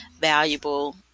valuable